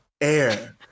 air